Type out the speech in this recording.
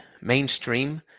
mainstream